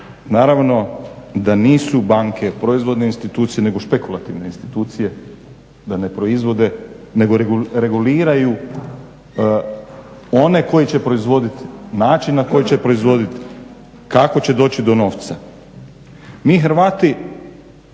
naravno da nisu banke proizvodne institucije nego špekulativne institucije da ne proizvode nego reguliraju one koji će proizvodit, način na koji će proizvodit kako će doći do novca. Mi Hrvati